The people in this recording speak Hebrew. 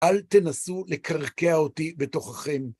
אל תנסו לקרקע אותי בתוככם.